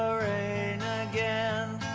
rain again